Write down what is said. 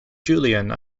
julian